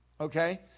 okay